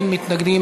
אין מתנגדים,